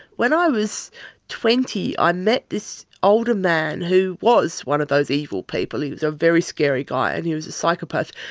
when i was twenty i met this older man who was one of those evil people, he was a very scary guy and he was a psychopath,